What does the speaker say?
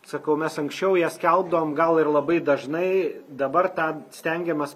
sakau mes anksčiau ją skelbdavom gal ir labai dažnai dabar tą stengiamas